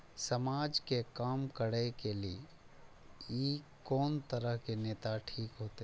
समाज के काम करें के ली ये कोन तरह के नेता ठीक होते?